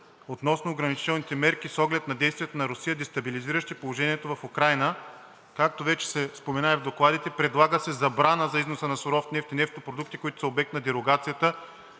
относно ограничителните мерки с оглед на действията на Русия, дестабилизиращи положението в Украйна. Както вече се спомена и в докладите, предлага се забрана за износа на суров нефт и нефтопродукти, които са обект на дерогацията,